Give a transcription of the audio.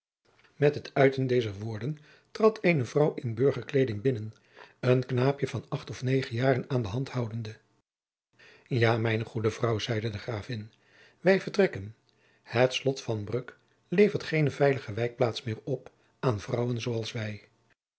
met het uiten dezer woorden trad eene vrouw in burgerkleeding binnen een knaapje van acht of negen jaren aan de hand houdende ja mijne goede vrouw zeide de gravin wij vertrekken het slot van bruck levert geene jacob van lennep de pleegzoon veilige wijkplaats meer op aan vrouwen zoo als wij